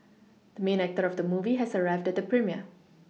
the main actor of the movie has arrived at the premiere